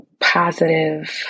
positive